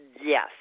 Yes